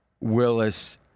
Willis-